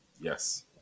Yes